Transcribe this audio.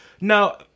Now